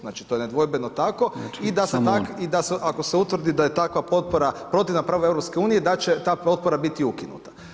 Znači to je nedvojbeno tako i da ako se utvrdi da je takva potpora protivna pravu EU da će ta potpora biti ukinuta.